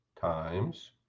Times